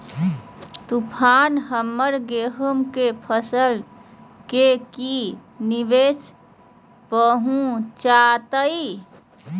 तूफान हमर गेंहू के फसल के की निवेस पहुचैताय?